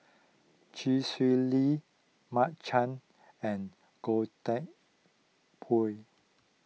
Chee Swee Lee Mark Chan and Goh Teck Phuan